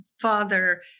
father